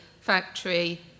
factory